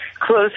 close